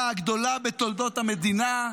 ההסתה הגדולה בתולדות המדינה,